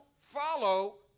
follow